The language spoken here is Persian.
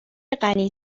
غنی